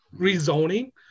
rezoning